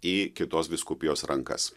į kitos vyskupijos rankas